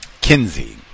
Kinsey